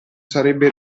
sarebbe